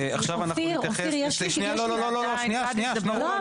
שרת החדשנות,